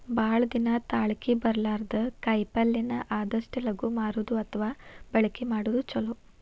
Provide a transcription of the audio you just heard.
ಭಾಳ ದಿನಾ ತಾಳಕಿ ಬರ್ಲಾರದ ಕಾಯಿಪಲ್ಲೆನ ಆದಷ್ಟ ಲಗು ಮಾರುದು ಅಥವಾ ಬಳಕಿ ಮಾಡುದು ಚುಲೊ